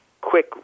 quick